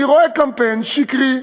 אני רואה קמפיין שקרי,